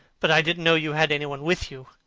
but i didn't know you had any one with you.